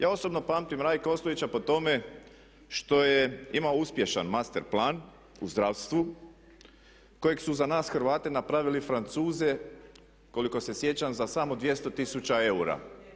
Ja osobno pamtim Rajka Ostojića po tome što je imao uspješan master plan u zdravstvu kojeg su za nas Hrvate napravili Francuzi koliko se sjećam za samo 200 tisuća eura.